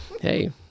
hey